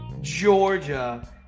Georgia